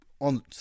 on